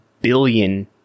billion